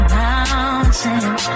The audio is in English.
mountains